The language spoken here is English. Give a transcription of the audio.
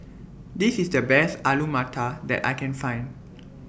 This IS The Best Alu Matar that I Can Find